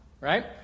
Right